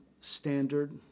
standard